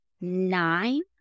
Nine